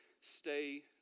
stay